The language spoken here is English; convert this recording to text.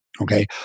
okay